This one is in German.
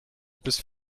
bis